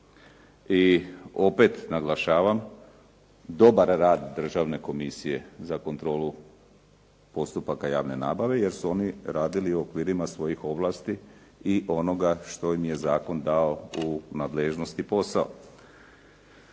I opet naglašavam, dobar rad Državne komisije za kontrolu postupaka javne nabave, jer su oni radili u okvirima svojih ovlasti i onoga što im je zakon dao u nadležnost i posao.